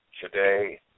today